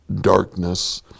darkness